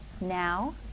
Now